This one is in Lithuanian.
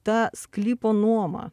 ta sklypo nuoma